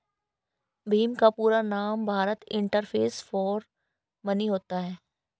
भीम का पूरा नाम भारत इंटरफेस फॉर मनी होता है